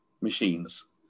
machines